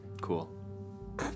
Cool